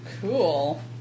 Cool